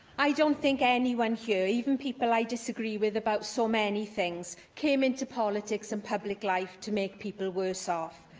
i don't think anyone here, even people i disagree with about so many things, came into politics and public life to make people worse off.